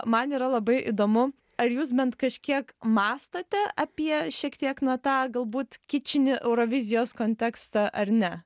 man yra labai įdomu ar jūs bent kažkiek mąstote apie šiek tiek na tą galbūt kičinį eurovizijos kontekstą ar ne